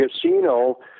casino